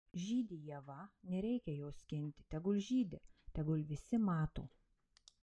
žydi ieva nereikia jos skinti tegul žydi tegul visi mato